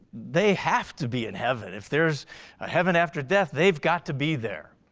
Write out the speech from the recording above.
they have to be in heaven. if there's a heaven after death they've got to be there.